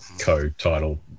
co-title